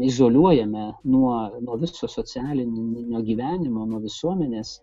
izoliuojame nuo nuo viso socialinio nuo gyvenimo nuo visuomenės